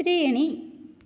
त्रीणि